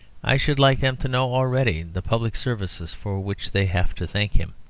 i should like them to know already the public services for which they have to thank him.